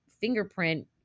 fingerprint